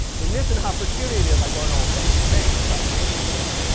they missed an opportunity by going all bang, bang, bang. but, nevertheless,